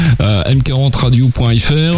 m40radio.fr